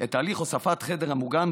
את תהליך הוספת החדר המוגן,